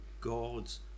God's